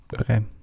Okay